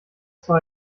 zwar